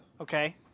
Okay